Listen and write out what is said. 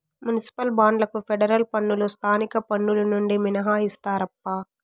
municipal బాండ్లకు federal పన్నులు స్థానిక పన్నులు నుండి మినహాయిస్తారప్పా